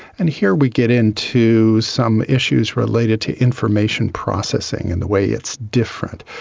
and here we get into some issues related to information processing and the way it's different.